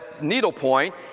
needlepoint